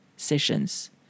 Sessions